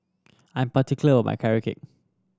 I am particular about Carrot Cake